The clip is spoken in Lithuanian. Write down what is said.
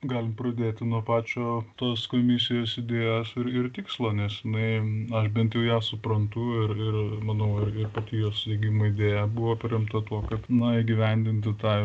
galim pradėti nuo pačio tos komisijos idėjos ir tikslo nes nu aš bent jau ją suprantu ir nu ir pati jos įsteigimo idėja buvo paremta tuo kad na įgyvendinti tą